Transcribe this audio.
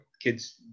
kids